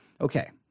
okay